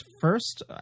first